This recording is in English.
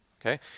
okay